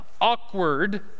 awkward